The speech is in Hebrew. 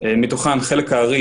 מתוכם חלק הארי